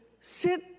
sit